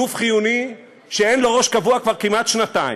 גוף חיוני שאין לו ראש קבוע כבר כמעט שנתיים.